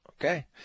Okay